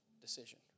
decision